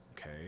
okay